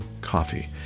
coffee